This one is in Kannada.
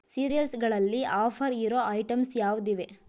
ಸಿರಿಯಲ್ಸ್ಗಳಲ್ಲಿ ಆಫರ್ ಇರೋ ಐಟಮ್ಸ್ ಯಾವುದಿವೆ